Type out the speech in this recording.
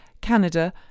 Canada